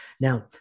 now